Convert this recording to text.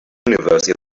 universe